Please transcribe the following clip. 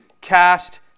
cast